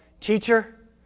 Teacher